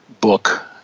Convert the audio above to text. book